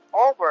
over